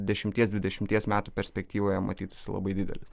dešimties dvidešimties metų perspektyvoje matyt labai didelis